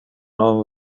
non